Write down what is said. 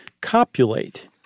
copulate